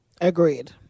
Agreed